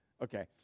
okay